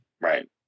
right